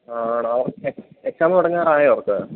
ആ ആണോ എക്സാമ് തുടങ്ങാറായോ അവൾക്ക്